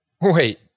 Wait